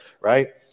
Right